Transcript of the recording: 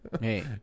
Hey